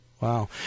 Wow